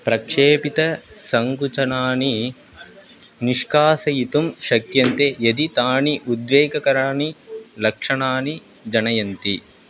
प्रक्षेपितसङ्कुचणानि निष्कासयितुं शक्यन्ते यदि तानि उद्वेगकराणि लक्षणानि जनयन्ति